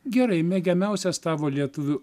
gerai mėgiamiausias tavo lietuvių